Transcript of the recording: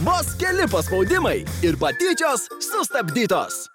vos keli paspaudimai ir patyčios sustabdytos